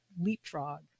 leapfrog